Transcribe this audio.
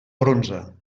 bronze